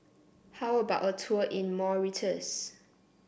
how about a tour in Mauritius